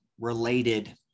related